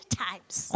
times